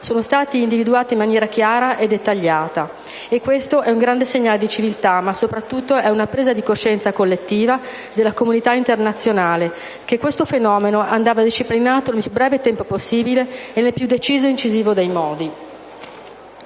sono stati individuati in maniera chiara e dettagliata. E questo è un grande segnale di civiltà, ma soprattutto è una presa di coscienza collettiva della comunità internazionale del fatto che questo fenomeno andava disciplinato nel più breve tempo possibile e nel più deciso e incisivo dei modi.